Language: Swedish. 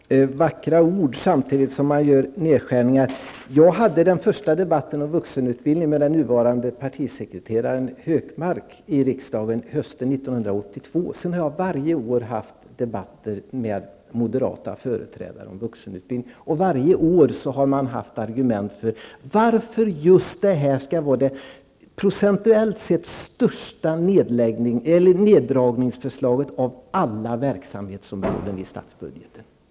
Herr talman! Detta är vackra ord, samtidigt som man gör nedskärningar. Jag förde min första debatt om vuxenutbildning med den nuvarande partisekreteraren Hökmark i riksdagen hösten 1982. Sedan har jag varje år haft debatter om vuxenutbildning med moderata företrädare. Varje år har man fört fram argument för att detta område skall stå för den procentuellt största neddragningen av alla verksamhetsområden i statsbudgeten.